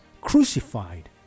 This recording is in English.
crucified